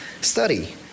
study